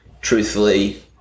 Truthfully